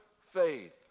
faith